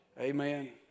Amen